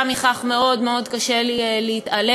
גם מכך מאוד מאוד קשה לי להתעלם.